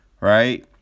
Right